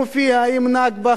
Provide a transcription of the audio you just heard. מופיע עם נכבה,